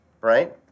right